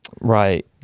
Right